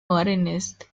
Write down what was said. modernist